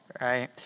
right